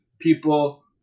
people